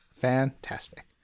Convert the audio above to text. Fantastic